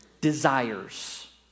desires